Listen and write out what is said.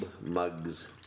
mugs